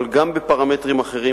אבל גם בפרמטרים אחרים,